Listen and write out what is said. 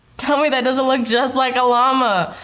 tell me that doesn't look just like a llama.